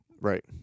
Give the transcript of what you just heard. Right